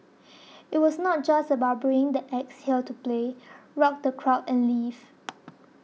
it was not just about bringing the acts here to play rock the crowd and leave